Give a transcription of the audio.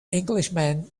englishman